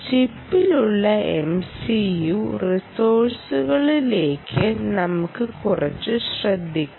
ചിപ്പിലുള്ള MCU റിസോഴ്സുകളിലേക്ക് നമുക്ക് കുറച്ച് ശ്രദ്ധിക്കാം